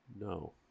No